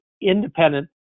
independent